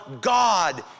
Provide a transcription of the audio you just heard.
God